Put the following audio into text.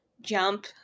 jump